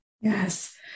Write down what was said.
Yes